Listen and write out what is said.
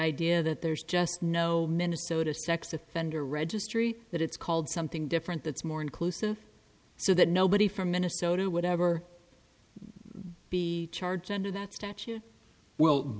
idea that there's just no minnesota sex offender registry that it's called something different that's more inclusive so that nobody from minnesota would ever be charged under that statute well